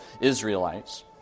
Israelites